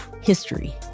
history